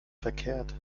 verkehrt